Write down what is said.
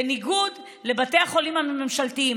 בניגוד לבתי החולים הממשלתיים,